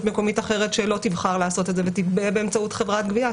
מקומית אחרת שלא תבחר לעשות את זה ותגבה באמצעות חברת גבייה.